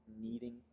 needing